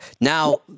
Now